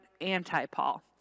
anti-Paul